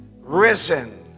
risen